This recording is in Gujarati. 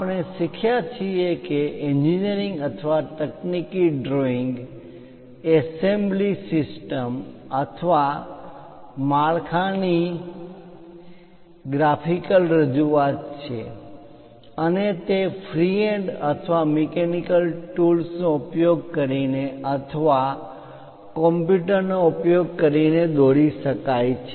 આપણે શીખ્યા છીએ કે એન્જિનિયરિંગ અથવા તકનીકી ડ્રોઇંગ એસેમ્બલી સિસ્ટમ સંયોજન સિસ્ટમ assembly system અથવા માળખાની સંયોજન કેવી રીતે કરવુ તે ગોઠવણી ગ્રાફિકલ રજૂઆત છે અને તે ફ્રી હેન્ડ અથવા મિકેનિકલ ટૂલ્સ નો ઉપયોગ કરીને અથવા કમ્પ્યુટરનો ઉપયોગ કરીને દોરી શકાય છે